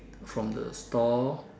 from the store